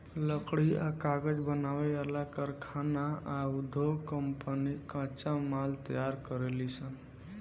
लकड़ी आ कागज बनावे वाला कारखाना आ उधोग कम्पनी कच्चा माल तैयार करेलीसन